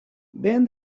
then